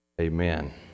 Amen